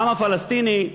העם הפלסטיני,